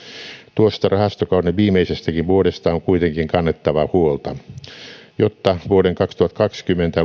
tuosta rahastokauden viimeisestäkin vuodesta on kuitenkin kannettava huolta jotta vuoden kaksituhattakaksikymmentä